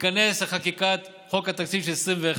להיכנס לחקיקת חוק התקציב של 2021,